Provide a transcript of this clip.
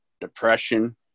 depression